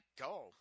go